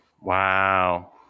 Wow